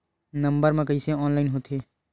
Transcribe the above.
Number मा कइसे online होथे?